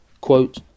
quote